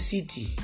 City